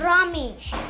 Ramesh